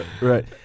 right